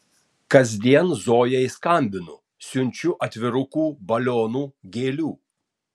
kasdien zojai skambinu siunčiu atvirukų balionų gėlių